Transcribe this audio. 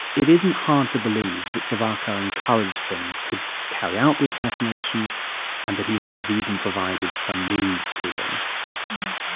it isn't hard to believe that savarkar encouraged them to carry out the assassination and that he may have even provided some means to them wow.